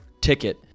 ticket